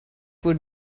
would